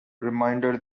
reminded